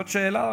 זאת שאלה,